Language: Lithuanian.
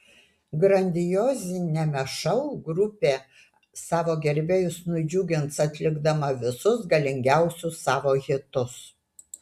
grandioziniame šou grupė savo gerbėjus nudžiugins atlikdama visus galingiausius savo hitus